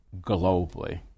globally